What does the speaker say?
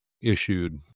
issued